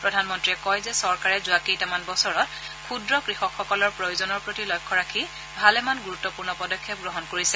প্ৰধানমন্ত্ৰীয়ে কয় যে চৰকাৰে যোৱা কেইটামান বছৰত ক্ষুদ্ৰ কৃষকসকলৰ প্ৰয়োজনৰ প্ৰতি লক্ষ্য ৰাখি ভালেমান গুৰুত্বপূৰ্ণ পদক্ষেপ গ্ৰহণ কৰিছে